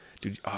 dude